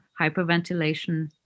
hyperventilation